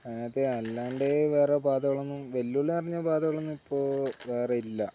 അങ്ങനത്തെ അല്ലാണ്ട് വേറെ പാതകളൊന്നും വെല്ലുവിളി നിറഞ്ഞ പാതകളൊന്നും ഇപ്പോള് വേറെ ഇല്ല